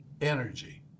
energy